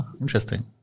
Interesting